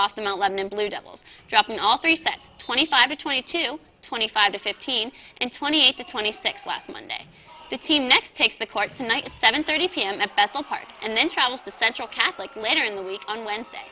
off the mount lebanon blue devils dropping all three set twenty five to twenty two twenty five to fifteen and twenty eight to twenty six last monday the team next takes the court tonight at seven thirty pm at best all part and then travels to central catholic later in the week on wednesday